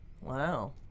Wow